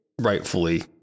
rightfully